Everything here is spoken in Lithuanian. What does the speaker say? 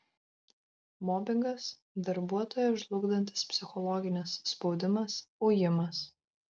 mobingas darbuotoją žlugdantis psichologinis spaudimas ujimas